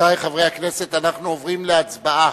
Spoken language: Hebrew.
רבותי חברי הכנסת, אנחנו עוברים להצבעה.